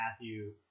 Matthew